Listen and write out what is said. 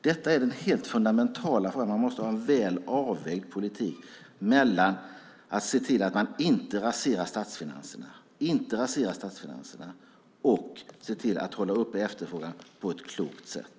Detta är den helt fundamentala frågan. Man måste ha en väl avvägd politik mellan att se till att inte rasera statsfinanserna och se till att hålla efterfrågan uppe på ett klokt sätt.